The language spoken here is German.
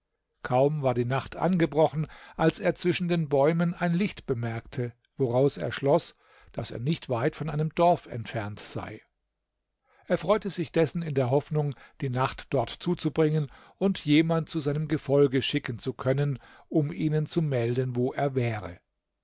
kaum war die nacht angebrochen als er zwischen den bäumen ein licht bemerkte woraus er schloß daß er nicht weit von einem dorf entfernt sei er freute sich dessen in der hoffnung die nacht dort zuzubringen und jemand zu seinem gefolge schicken zu können um ihnen zu melden wo er wäre